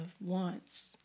wants